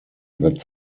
that